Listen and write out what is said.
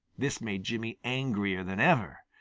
this made jimmy angrier than ever.